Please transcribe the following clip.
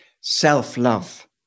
Self-love